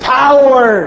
power